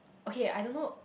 okay I don't know